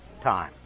time